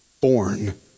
Born